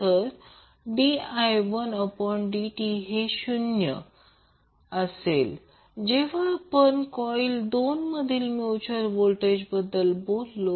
तर di1dt हे शून्य जेव्हा आपण कॉइल दोन मधील म्युच्युअल व्होल्टेज बद्दल बोलतो